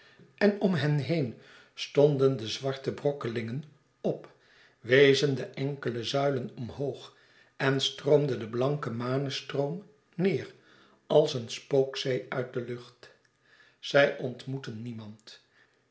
en om hen heen stonden de zwarte brokkelingen op wezen de enkele zuilen omhoog en stroomde de blanke mane stroom neêr als een spookzee uit de lucht zij ontmoetten niemand